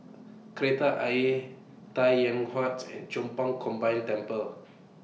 Kreta Ayer Tai Yuan Huat's and Chong Pang Combined Temple